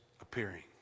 appearing